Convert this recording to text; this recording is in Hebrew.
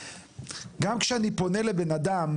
גם כשאני פונה לבן אדם